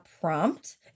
prompt